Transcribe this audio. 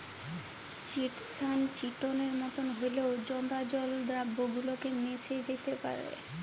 chitosan চিটনের মতন হঁল্যেও জঁদা জল দ্রাবকে গুল্যে মেশ্যে যাত্যে পারে